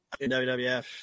WWF